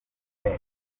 bimwe